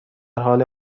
حال